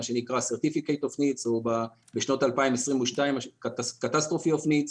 מה שנקרא certificate of needs או בשנת 2022 Catastrophe of needs.